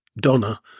Donna